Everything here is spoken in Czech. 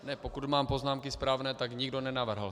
Ne, pokud mám poznámky správné, tak to nikdo nenavrhl.